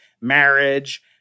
marriage